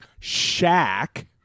Shaq